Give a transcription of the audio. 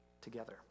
together